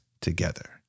together